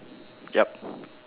yup